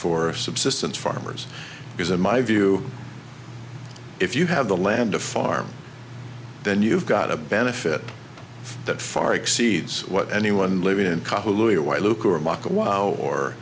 for subsistence farmers because in my view if you have the land to farm then you've got a benefit that far exceeds what anyone living in